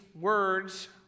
words